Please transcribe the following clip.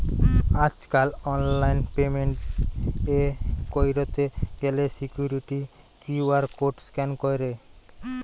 আজকাল online payment এ pay কইরতে গ্যালে সিকুইরিটি কিউ.আর কোড স্ক্যান কইরে